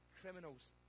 criminals